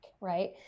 right